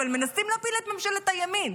אבל מנסים להפיל את ממשלת הימין.